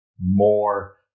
more